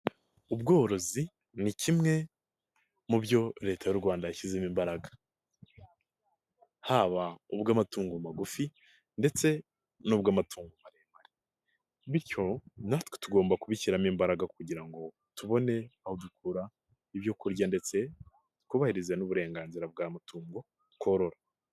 Ubworozi ni kimwe mu byo leta y'u Rwanda yashyizemo imbaraga, haba ubw'amatungo magufi ndetse nubw'amatungo maremare, bityo natwe tugomba kubishyiramo imbaraga kugira ngo tubone aho dukura ibyo kurya ndetse twubahirize n'uburenganzira bwa mutungo tworora.